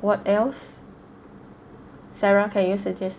what else sarah can you suggest